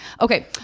Okay